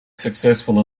successful